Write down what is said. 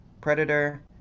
Predator